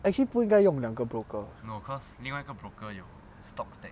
actually 不应该用两个 broker